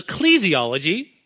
ecclesiology